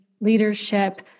leadership